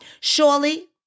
Surely